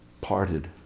parted